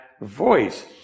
voice